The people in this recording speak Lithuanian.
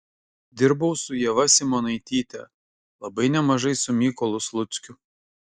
dirbau su ieva simonaityte labai nemažai su mykolu sluckiu